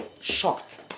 shocked